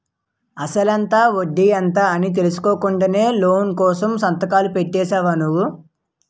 అసలెంత? వడ్డీ ఎంత? అని తెలుసుకోకుండానే లోను కోసం సంతకాలు పెట్టేశావా నువ్వు?